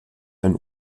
einen